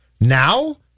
Now